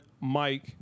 Mike